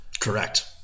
Correct